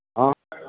હાં